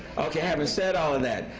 yeah and said all that,